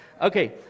Okay